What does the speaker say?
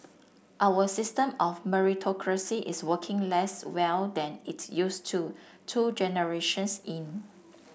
our system of meritocracy is working less well than it used to two generations in